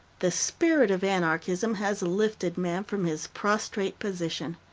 the spirit of anarchism has lifted man from his prostrate position.